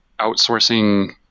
outsourcing –